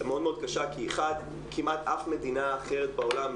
כי כמעט אף מדינה אחרת בעולם,